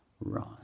right